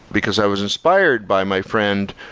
because i was inspired by my friend,